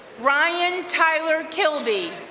ryan tyler kilby,